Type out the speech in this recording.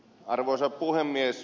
arvoisa puhemies